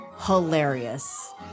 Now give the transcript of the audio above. hilarious